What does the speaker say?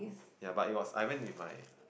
ya but it was I went with my